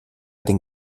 den